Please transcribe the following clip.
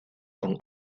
con